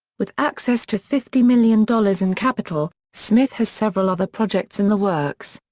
with access to fifty million dollars in capital, smith has several other projects in the works.